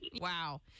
Wow